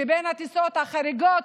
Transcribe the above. שבין הטיסות החריגות,